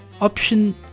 Option